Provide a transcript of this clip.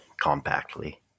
compactly